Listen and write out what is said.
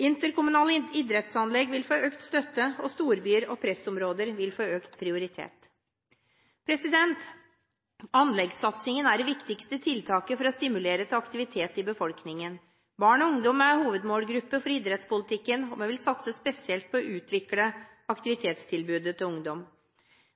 Interkommunale idrettsanlegg vil få økt støtte, og storbyer og pressområder vil få økt prioritet. Anleggssatsingen er det viktigste tiltaket for å stimulere til aktivitet i befolkningen. Barn og ungdom er hovedmålgruppe for idrettspolitikken, og vi vil satse spesielt på å utvikle aktivitetstilbudet til ungdom.